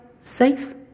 safe